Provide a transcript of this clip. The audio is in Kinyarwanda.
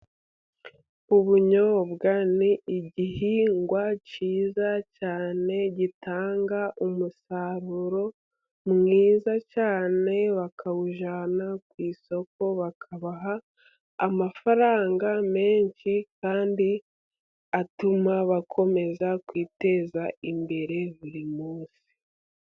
Ubunyobwa ni igihingwa cyiza cyane, gitanga umusaruro mwiza cyane, bakawujyana ku isoko, bakabaha amafaranga menshi kandi atuma bakomeza kwiteza imbere buri munsi.